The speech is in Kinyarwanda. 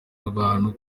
abantu